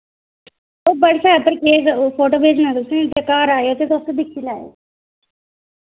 ओ WhatsApp पर केह् photo भेजने तुसें ते घर आएओ ते तुस दिक्खी लैएओ